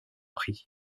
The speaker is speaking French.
prix